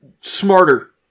smarter